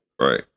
Right